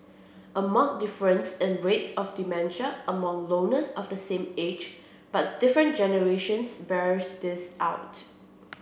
a marked difference in rates of dementia among loners of the same age but different generations bears this out